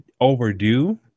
overdue